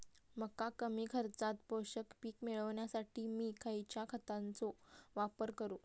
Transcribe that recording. मका कमी खर्चात पोषक पीक मिळण्यासाठी मी खैयच्या खतांचो वापर करू?